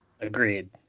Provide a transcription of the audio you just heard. Agreed